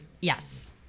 Yes